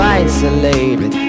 isolated